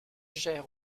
gère